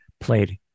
played